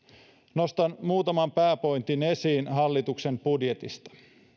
nostan muutaman pääpointin esiin hallituksen budjetista